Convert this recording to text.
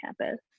campus